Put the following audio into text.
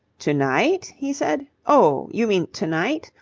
to-night? he said. oh, you mean to-night?